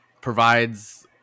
provides